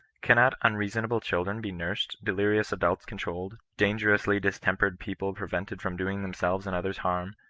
cannot unreasonable children be nursed, delirious adults controlled, dangerously distem pered people prevented from doing themselves and others harm,